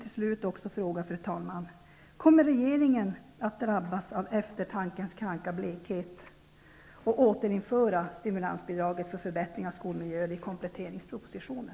Till sist vill jag fråga: Kommer regeringen att drabbas av eftertankens kranka blekhet och återinföra stimulansbidraget för förbättring av skolmiljöer i och med kompletteringspropositionen?